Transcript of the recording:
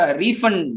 refund